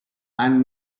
and